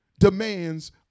demands